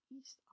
East